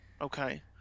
okay